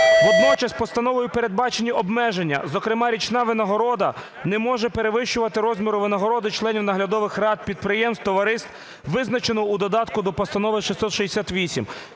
Водночас постановою передбачені обмеження, зокрема річна винагорода не може перевищувати розміру винагороди членів наглядових рад підприємств, товариств, визначено у Додатку до Постанови 668.